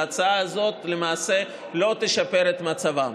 ההצעה הזאת למעשה לא תשפר את מצבן.